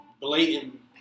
blatant